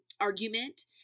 argument